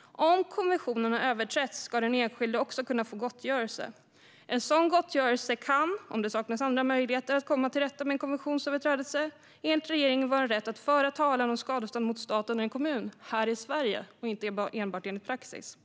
Om konventionen har överträtts ska den enskilde också kunna få gottgörelse. En sådan gottgörelse kan, om det saknas andra möjligheter att komma till rätta med en konventionsöverträdelse, enligt regeringen vara rätten att föra talan om skadestånd mot staten eller en kommun här i Sverige och inte enbart enligt praxis.